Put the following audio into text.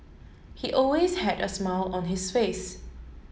he always had a smile on his face